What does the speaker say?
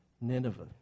Nineveh